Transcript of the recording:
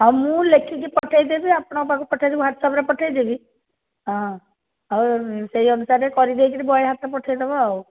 ଆଉ ମୁଁ ଲେଖିକି ପଠେଇଦେବି ଆପଣଙ୍କ ପାଖକୁ ପଠେଇଦେବି ହ୍ୱାଟ୍ସପ୍ରେ ପଠେଇଦେବି ହଁ ହଉ ସେଇ ଅନୁସାରେ କରିଦେଇ କିରି ବୟ ହାତରେ ପଠେଇଦେବ ଆଉ